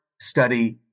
study